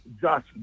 Josh